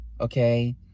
okay